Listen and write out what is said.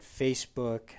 Facebook